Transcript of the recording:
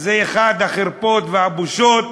זו אחת החרפות והבושות